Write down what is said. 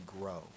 grow